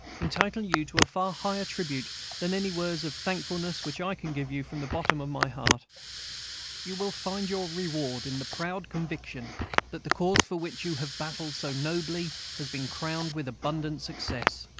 entitle you to a far higher tribute than any words of thankfulness which i can give you from the bottom of my heart you will find your reward in the proud conviction that the cause for which you have battled so nobly has been crowned with abundant success.